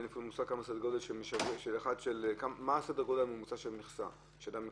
אין לי אפילו סדר גודל ממוצע של מכסה של ביצים שאדם מקבל.